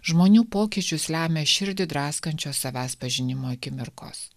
žmonių pokyčius lemia širdį draskančios savęs pažinimo akimirkos